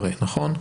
נכון?